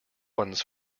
ones